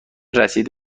رسید